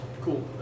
Cool